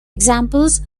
examples